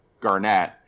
Garnett